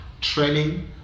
training